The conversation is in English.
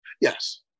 Yes